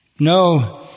No